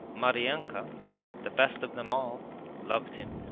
maryanka the best of them all loved him.